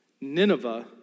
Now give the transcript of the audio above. Nineveh